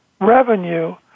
revenue